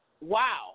wow